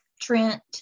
Trent